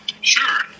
Sure